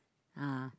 ah